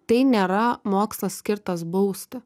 tai nėra mokslas skirtas bausti